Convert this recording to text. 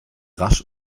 rasch